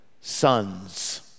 sons